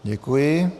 Děkuji.